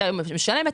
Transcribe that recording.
כשאת משלמת,